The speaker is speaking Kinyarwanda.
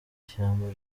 shyamba